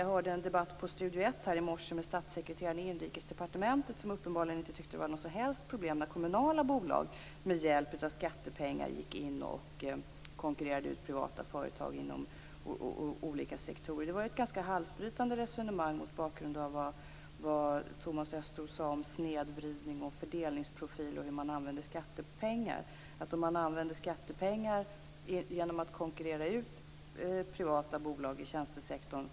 Jag hörde en debatt i programmet Studio 1 i morse med statssekreteraren i Inrikesdepartementet. Han tycker uppenbarligen inte att det är något som helst problem när kommunala bolag med hjälp av skattepengar konkurrerar ut privata företag inom olika sektorer. Det var ett ganska halsbrytande resonemang mot bakgrund av vad Thomas Östros har sagt om snedvridning, fördelningsprofiler och hur skattepengar används. Det är helt okej att från den kommunala sidan konkurrera ut privata bolag i tjänstesektorn.